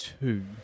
Two